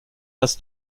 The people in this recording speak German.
das